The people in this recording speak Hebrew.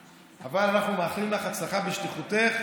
כאן, אבל אנחנו מאחלים לך הצלחה בשליחותך